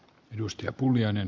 arvoisa puhemies